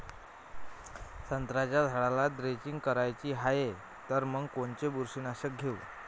संत्र्याच्या झाडाला द्रेंचींग करायची हाये तर मग कोनच बुरशीनाशक घेऊ?